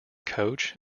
coach